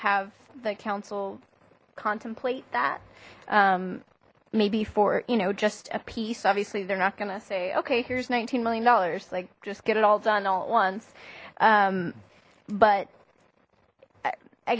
have the council contemplate that maybe for you know just a piece obviously they're not gonna say okay here's nineteen million dollars like just get it all done all at once but i